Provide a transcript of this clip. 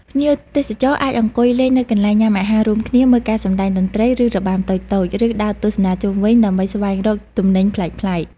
ភ្ញៀវទេសចរអាចអង្គុយលេងនៅកន្លែងញ៉ាំអាហាររួមគ្នា មើលការសម្ដែងតន្ត្រី ឬរបាំតូចៗ ឬដើរទស្សនាជុំវិញដើម្បីស្វែងរកទំនិញប្លែកៗ។